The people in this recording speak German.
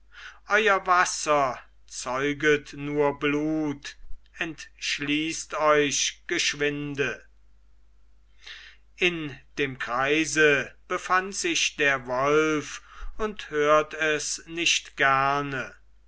euer wasser zeuget nur blut entschließt euch geschwinde in dem kreise befand sich der wolf und hört es nicht gerne